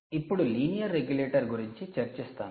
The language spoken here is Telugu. నేను ఇప్పుడు లీనియర్ రెగ్యులేటర్ గురించి చర్చిస్తాను